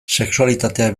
sexualitatea